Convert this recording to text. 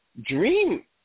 Dream